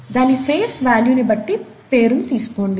దాని ఫేస్ వేల్యూని బట్టి పేరును తీసుకోండి